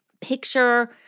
picture